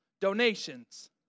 donations